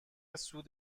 سود